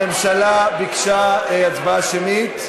הממשלה ביקשה הצבעה שמית.